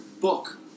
book